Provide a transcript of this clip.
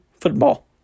football